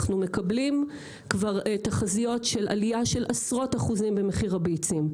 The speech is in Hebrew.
אנחנו כבר מקבלים תחזיות של עלייה של עשרות אחוזים במחיר הביצים,